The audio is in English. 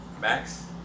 max